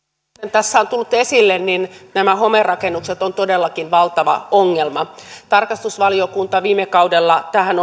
tässä on tullut esille nämä homerakennukset ovat todellakin valtava ongelma tarkastusvaliokunta viime kaudella tähän